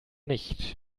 nicht